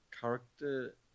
character